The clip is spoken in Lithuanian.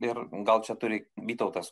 ir gal čia turi vytautas